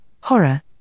horror